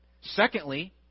Secondly